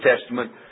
Testament